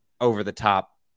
over-the-top